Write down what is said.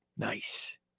Nice